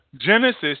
Genesis